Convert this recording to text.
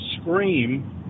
scream